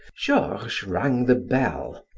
georges rang the bell,